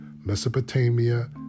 Mesopotamia